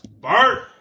Bart